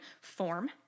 form